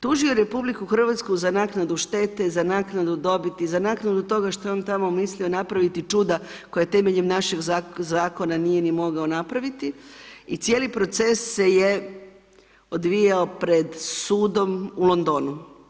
Tužio je RH za naknadu štete, za naknadu dobiti, za naknadu toga što je on tamo mislio napraviti čuda, koja je temeljem našeg zakona nije ni mogao napraviti i cijeli proces se je odvijao pred sudom u Londonu.